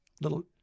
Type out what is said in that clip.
little